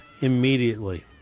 immediately